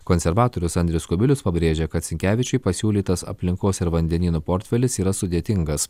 konservatorius andrius kubilius pabrėžia kad sinkevičiui pasiūlytas aplinkos ir vandenynų portfelis yra sudėtingas